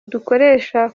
dukoresha